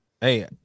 Hey